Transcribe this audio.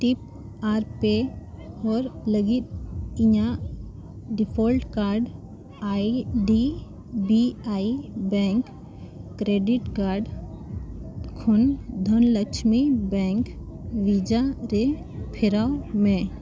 ᱴᱤᱯ ᱟᱨ ᱯᱮ ᱦᱟᱹᱨ ᱞᱟᱹᱜᱤᱫ ᱤᱧᱟᱹᱜ default card ID B I bank credit card ᱠᱷᱚᱱ ᱫᱷᱚᱱᱚ ᱞᱚᱪᱷᱢᱤ ᱵᱮᱝᱠ ᱵᱷᱤᱥᱟ ᱨᱮ ᱯᱷᱮᱨᱟᱣ ᱢᱮ